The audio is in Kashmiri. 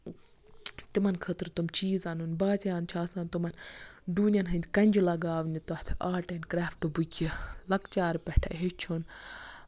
تمَن خٲطرٕ تم چیٖز اَنُن بازیان چھ آسان تمَن ڈوٗنین ہٕندۍ کَنجہِ لَگاونہِ تَتھ آرٹ اینڈ کرافٹہٕ بُکہِ لۄکچار پٮ۪ٹھ ہٮ۪چھُن